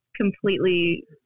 completely